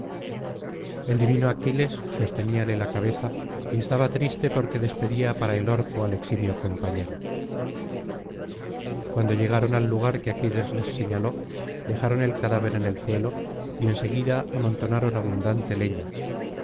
el divino aquiles sosteníale la cabeza y estaba triste porque despedía para el orco al eximio compañero cuando llegaron al lugar que aquiles les señaló dejaron el cadáver en el suelo y en seguida amontonaron abundante leña